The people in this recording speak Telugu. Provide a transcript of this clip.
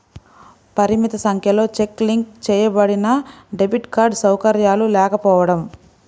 పరిమిత సంఖ్యలో చెక్ లింక్ చేయబడినడెబిట్ కార్డ్ సౌకర్యాలు లేకపోవడం